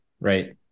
right